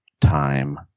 time